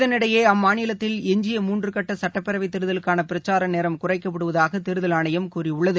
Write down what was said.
இதனிடையே அம்மாநிலத்தில் எஞ்சிய மூன்றுகட்ட சட்டப்பேரவை தேர்தலுக்கான பிரசார நேரம் குறைக்கப்படுவதாக தேர்தல் ஆணையம் கூறியுள்ளது